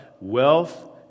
wealth